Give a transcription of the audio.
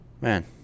Man